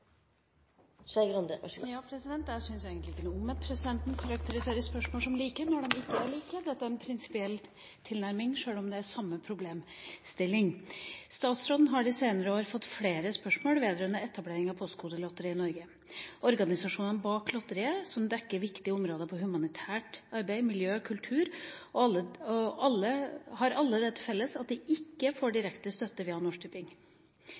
Jeg syns egentlig ikke noe om at presidenten karakteriserer spørsmål som like når de ikke er like. Dette er en prinsipiell tilnærming, sjøl om det er samme problemstilling. «Statsråden har den senere tid fått flere spørsmål vedrørende etableringen av Postkodelotteriet i Norge. Organisasjonene bak lotteriet, som dekker viktige områder som humanitært arbeid, miljø og kultur, har alle det til felles at de ikke får